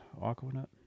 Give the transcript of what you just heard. Aquanut